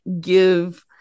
give